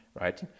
right